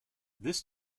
this